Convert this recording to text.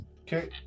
Okay